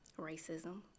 Racism